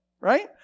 right